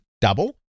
Double